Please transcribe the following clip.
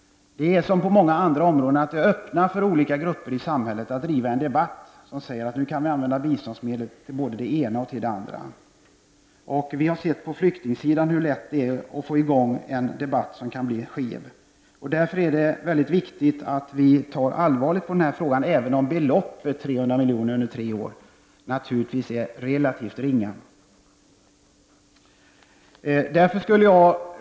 Det är som på många andra områden — det öppnar för olika grupper i samhället att driva en debatt och säga att nu kan vi använda biståndsmedel för både det ena och andra ändamålet. Vi har kunnat se på flyktingsidan hur lätt det är att få i gång en debatt som kan bli skev. Det är därför mycket viktigt att vi tar allvarligt på den här frågan, även om beloppet 300 milj.kr. över tre år naturligtvis är relativt ringa.